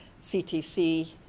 CTC